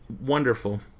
Wonderful